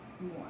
more